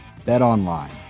BetOnline